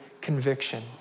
conviction